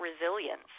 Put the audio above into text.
resilience